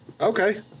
Okay